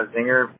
Zinger